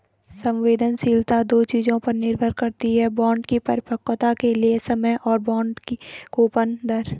संवेदनशीलता दो चीजों पर निर्भर करती है बॉन्ड की परिपक्वता के लिए समय और बॉन्ड की कूपन दर